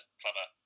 clever